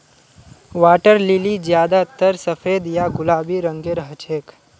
water lily ज्यादातर सफेद या गुलाबी रंगेर हछेक